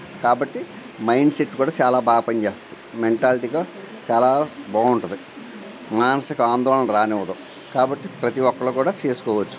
కాబట్టి mind set కూడా చాలా బా పని చేస్తుంది మెంటాల్టిగా చాలా బాగుంటుంది మానసిక అందోళన రానివ్వదు కాబట్టి ప్రతీ ఒక్కరు కూడా చేసుకోవచ్చు